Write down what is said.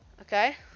okay